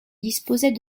disposait